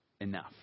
enough